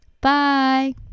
Bye